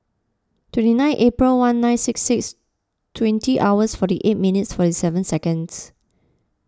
twenty nine April one nine six six twenty hours forty eight minutes forty seven seconds